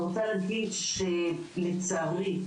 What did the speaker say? לצערי,